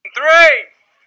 three